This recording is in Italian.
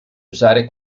usare